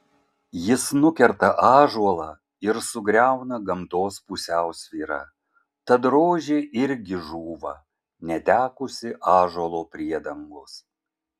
jis nukerta ąžuolą ir sugriauna gamtos pusiausvyrą tad rožė irgi žūva netekusi ąžuolo priedangos